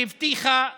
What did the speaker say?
שהבטיחה מיליארדים,